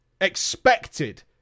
expected